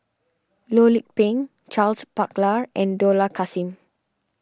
Loh Lik Peng Charles Paglar and Dollah Kassim